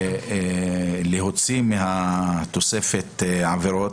לצמצם ולהוציא מהתוספת עבירות,